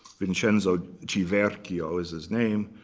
vincenzo civerchio is his name.